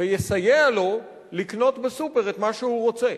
ויסייע לו לקנות בסופר את מה שהוא רוצה.